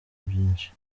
byinshi